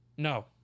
no